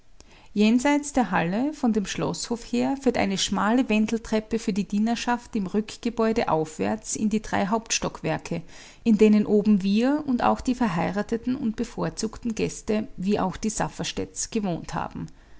jenseits der halle von dem schloßhof her führt eine schmale wendeltreppe für die dienerschaft im rückgebäude aufwärts in die drei hauptstockwerke in denen oben wir und auch die verheirateten und bevorzugten gäste wie auch die safferstätts gewohnt haben